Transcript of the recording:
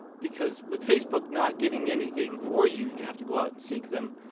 because with facebook not giving anything for you, you have to go out and seek them.